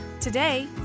Today